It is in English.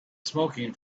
smoking